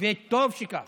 וטוב שכך.